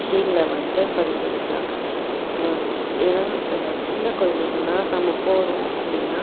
விஷயங்களை வந்துட்டு பரிந்துரைக்கலாம் ஏன்னா சின்ன குழந்தைகள்லாம் நம்ப போகறோம் அப்படின்னா